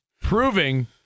Proving